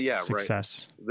success